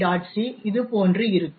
c இதுபோன்று இருக்கும்